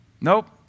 Nope